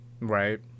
Right